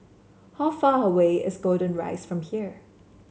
how far away is Golden Rise from here